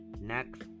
next